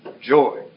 joy